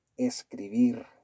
escribir